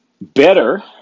Better